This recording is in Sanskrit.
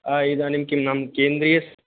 इदानीम् किम् नाम केन्द्रीय